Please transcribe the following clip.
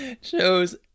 Shows